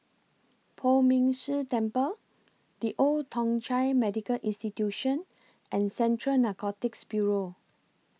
Poh Ming Tse Temple The Old Thong Chai Medical Institution and Central Narcotics Bureau